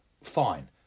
fine